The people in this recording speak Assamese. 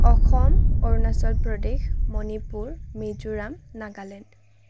অসম অৰুণাচল প্ৰদেশ মণিপুৰ মিজোৰাম নাগালেণ্ড